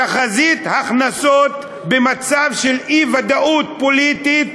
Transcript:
תחזית הכנסות במצב של אי-ודאות פוליטית,